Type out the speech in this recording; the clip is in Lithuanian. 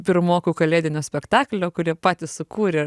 pirmokų kalėdinio spektaklio kur jie patys sukūrė